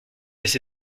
assez